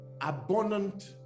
abundant